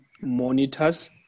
monitors